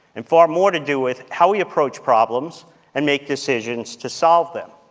and far more to do with how we approach problems and make decisions to solve them.